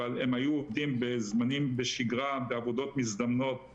אבל הם היו עובדים בזמנים בשגרה בעבודות מזדמנות,